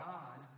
God